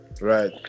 Right